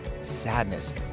sadness